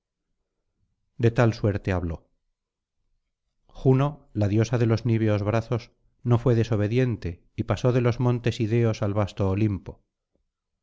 de tal suerte habló juno la diosa de los niveos brazos no fué desobediente y pasó de los montes ideos al vasto olimpo